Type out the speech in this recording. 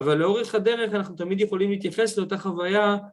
אבל לאורך הדרך אנחנו תמיד יכולים להתייחס לאותה חוויה.